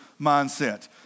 mindset